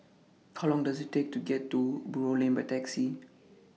How Long Does IT Take to get to Buroh Lane By Taxi